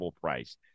price